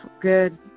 good